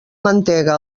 mantega